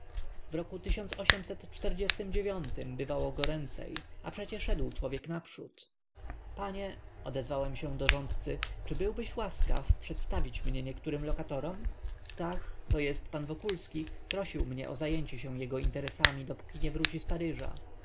w roku bywał goręcej a przecie szedł człowiek naprzód panie odezwałem się do rządcy czy byłbyś łaskaw przedstawić mnie niektórym lokatorom stach to jest pan wokulski prosił mnie o zajęcie się jego interesami dopóki nie wróci z paryża